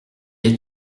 est